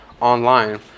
online